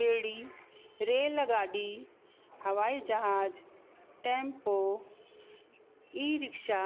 बेड़ी रेल गाॾी हवाई जहाज टैम्पो ई रिक्शा